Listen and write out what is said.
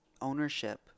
ownership